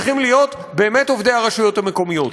צריכים להיות באמת עובדי הרשויות המקומיות.